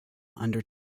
under